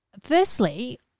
Firstly